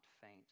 faint